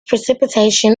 precipitation